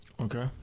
Okay